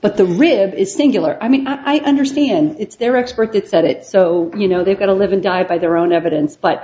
but the rib is singular i mean i understand it's their expert that said it so you know they've got to live and die by their own evidence but